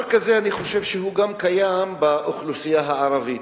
אני חושב שדבר כזה קיים גם באוכלוסייה הערבית,